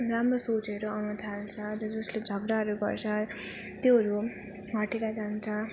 राम्रो सोचहरू आउन थाल्छ जस् जसले झगडाहरू गर्छ त्योहरू हटेर जान्छ